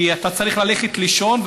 כי אתה צריך ללכת לישון,